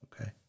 okay